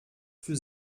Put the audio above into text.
für